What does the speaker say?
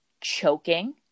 choking